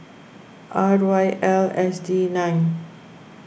R Y L S D nine